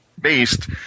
based